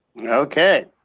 Okay